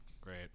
Great